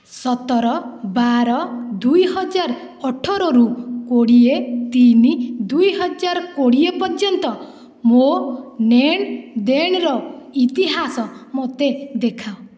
ସତର ବାର ଦୁଇ ହଜାର ଅଠର ରୁ କୋଡ଼ିଏ ତିନି ଦୁଇ ହଜାର କୋଡ଼ିଏ ପର୍ଯ୍ୟନ୍ତ ମୋ ନେଣ୍ ଦେଣ୍ର ଇତିହାସ ମୋତେ ଦେଖାଅ